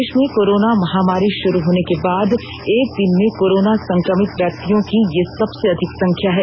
देश में कोरोना महामारी शुरू होने के बाद एक दिन में कोरोना संक्रमितव्यक्तियों की ये सबसे अधिक संख्या है